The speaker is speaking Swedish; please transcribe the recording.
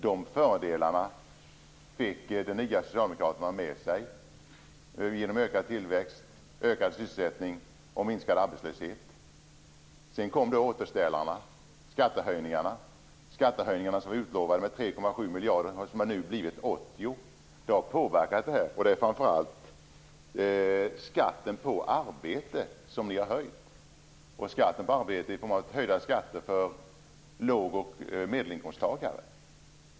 De fördelarna fick den nya socialdemokratiska regeringen med sig genom ökad tillväxt, ökad sysselsättning och minskad arbetslöshet. Sedan kom återställarna och skattehöjningarna. Skattehöjningarna hade utlovats bli 3,7 miljarder men har blivit 80 miljarder. Det har påverkat läget. Det är framför allt skatten på arbete som ni har höjt, skatten på arbete för låg och medelinkomsttagare.